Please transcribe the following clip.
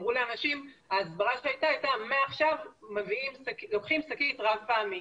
עבור האנשים ההסברה שהייתה הייתה שמעכשיו לוקחים שקית רב פעמית.